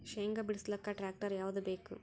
ಶೇಂಗಾ ಬಿಡಸಲಕ್ಕ ಟ್ಟ್ರ್ಯಾಕ್ಟರ್ ಯಾವದ ಬೇಕು?